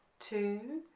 two,